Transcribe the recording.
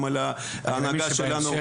גם על ההנהגה שלנו.